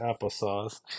applesauce